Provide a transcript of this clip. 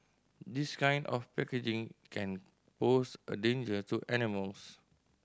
this kind of packaging can pose a danger to animals